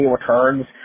Returns